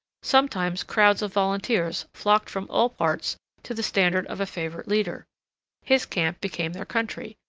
sometimes crowds of volunteers flocked from all parts to the standard of a favorite leader his camp became their country,